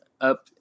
up